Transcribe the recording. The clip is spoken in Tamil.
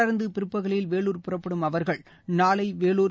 தொடர்ந்து பிற்பகலில் வேலூர் புறப்படும் அவர்கள் நாளை வேலூர்